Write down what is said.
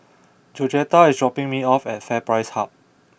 Georgetta is dropping me off at FairPrice Hub